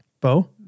Bo